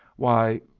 why,